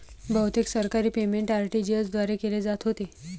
बहुतेक सरकारी payment RTGS द्वारे केले जात होते